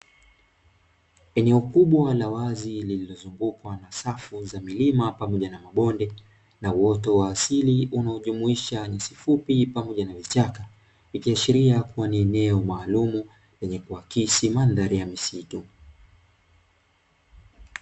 Eneo kubwa na wazi lililozungukwa na safu za milima, pamoja na mabonde na uwoto wa asili unaojumuisha nyasi fupi, pamoja na vichaka. Ikiiashiria kuwa ni eneo maalum lenye kuakisi mandhari ya misitu.